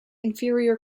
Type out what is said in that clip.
inferior